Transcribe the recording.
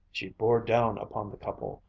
she bore down upon the couple,